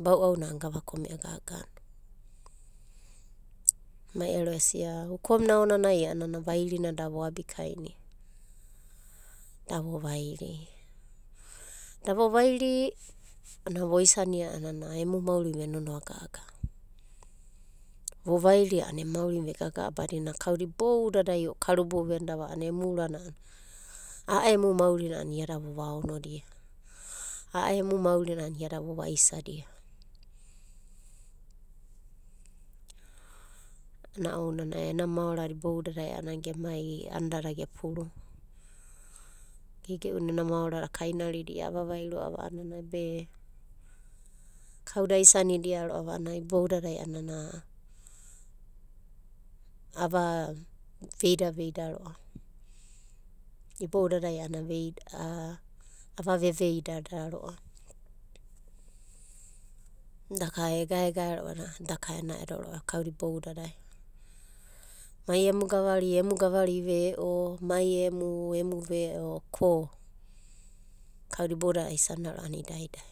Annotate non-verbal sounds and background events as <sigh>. bau'auna ana gava kome'a gagana. <noise> Mai ero esia ukomuna aonanai a'ana vairina da voabikaina, da vovairi. Da vovairi a'ana voisana emu maurina venonoa gaga. Vo vairi a'ana emu maurina vegaga badina kauda iboudadai karubou venidava a'ana emu urana a'a emu maurina ana iada vova isadia. Ana ounanai ena maorada iboudadai a'ana gemai andada ge puruva. Geigei'una ena maorada akainarida avavai ro'ava a'anana be kauda aisanidia ro'ava a'anai boudadai a'ana ava veidaveida ro'ava. Iboudadai a'ana avaveveida ro'ava, daka egaegae ro'a, daka ena'edo kauda iboudadai. Mai emu gavari, emu gavari ve'o, mai emu, emu ve'o ko kauda iboudadai a'ana aisanda ro'ava idai idai.